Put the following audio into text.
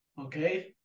okay